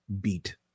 beat